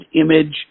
image